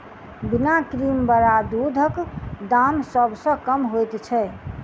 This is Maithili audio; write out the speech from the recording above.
बिना क्रीम बला दूधक दाम सभ सॅ कम होइत छै